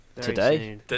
Today